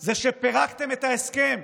זה שפירקתם את ההסכם